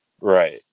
Right